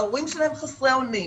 ההורים שלהם חסרי אונים,